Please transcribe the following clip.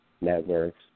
networks